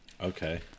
Okay